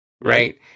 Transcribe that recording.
right